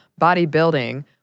bodybuilding